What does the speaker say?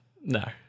No